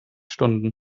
stunden